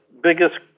biggest